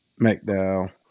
McDowell